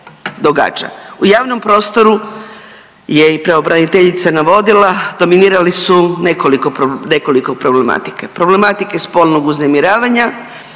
U javnom prostoru je i pravobraniteljica navodila dominirali su nekoliko, nekoliko problematika. Problematike spolnog uznemiravanja,